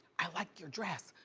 i like your dress.